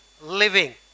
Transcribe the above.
living